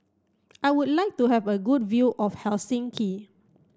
I would like to have a good view of Helsinki